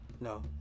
No